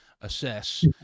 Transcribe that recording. assess